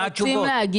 מה התשובות?